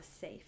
safe